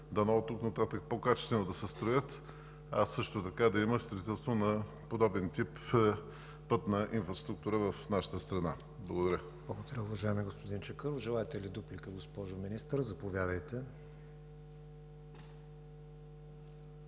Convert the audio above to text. дано оттук нататък по-качествено да се строят, а също така да има строителство на подобен тип пътна инфраструктура в нашата страна. Благодаря. ПРЕДСЕДАТЕЛ КРИСТИАН ВИГЕНИН: Благодаря, уважаеми господин Чакъров. Желаете ли дуплика, госпожо Министър? Заповядайте.